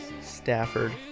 Stafford